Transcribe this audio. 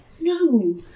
no